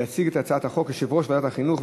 יציג את הצעת החוק יושב-ראש ועדת החינוך,